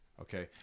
okay